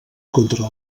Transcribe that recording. contra